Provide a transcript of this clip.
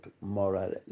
moral